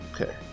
Okay